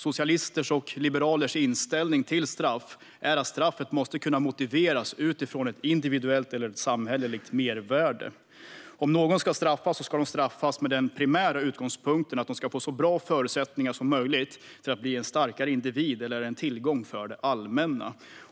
Socialisters och liberalers inställning till straff är att straffet måste kunna motiveras utifrån ett individuellt eller samhälleligt mervärde. Om någon ska straffas ska det ske med den primära utgångspunkten att den straffade ska få så bra förutsättningar som möjligt att bli en starkare individ eller en tillgång för det allmänna.